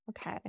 Okay